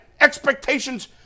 expectations –